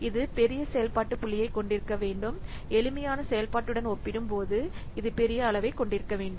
இது பெரிய செயல்பாட்டு புள்ளியைக் கொண்டிருக்க வேண்டும் எளிமையான செயல்பாட்டுடன் ஒப்பிடும்போது இது பெரிய அளவைக் கொண்டிருக்க வேண்டும்